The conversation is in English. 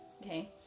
Okay